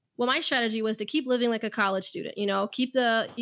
when i shut a g was to keep living like a college student, you know, keep the, you